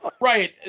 Right